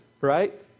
Right